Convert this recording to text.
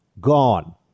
gone